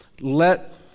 let